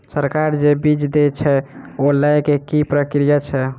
सरकार जे बीज देय छै ओ लय केँ की प्रक्रिया छै?